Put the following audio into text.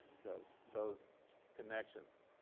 so those connections.